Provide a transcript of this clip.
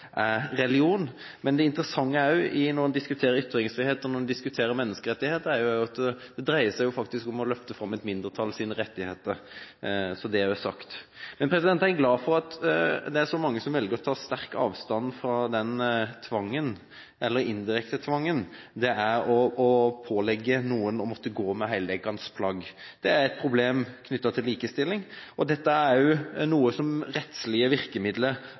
er religion. Men det interessante når en diskuterer ytringsfrihet og menneskerettigheter, er at det faktisk dreier seg om å løfte fram et mindretalls rettigheter – så er det sagt. Men jeg er glad for at det er så mange som velger å ta sterkt avstand fra den tvangen, eller indirekte tvangen, det er å pålegge noen å gå med heldekkende plagg. Det er et problem knyttet til likestilling, og rettslige virkemidler er noe som